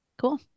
cool